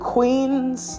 Queens